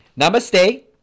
namaste